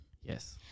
Yes